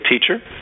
teacher